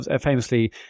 Famously